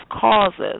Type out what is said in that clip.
causes